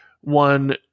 one